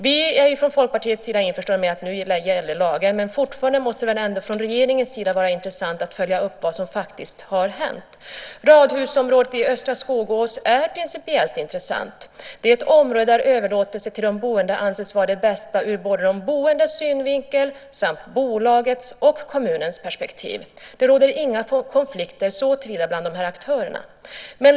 Vi är från Folkpartiets sida införstådda med att lagen nu gäller, men fortfarande måste det väl ändå vara intressant för regeringen att följa upp vad som faktiskt har hänt. Radhusområdet i östra Skogås är principiellt intressant. Det är ett område där överlåtelse till de boende anses vara det bästa såväl ur de boendes synvinkel som ur bolagets och kommunens perspektiv. Det råder inga konflikter såtillvida bland de här aktörerna.